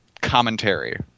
commentary